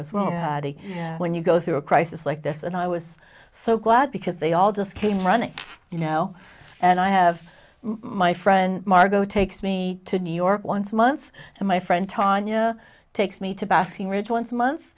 well when you go through a crisis like this and i was so glad because they all just came running you know and i have my friend margo takes me to new york once a month and my friend tanya takes me to basking ridge once a month